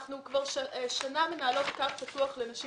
אנחנו כבר שנה מנהלות קו פתוח לנשים